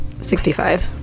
Sixty-five